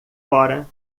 fora